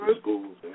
schools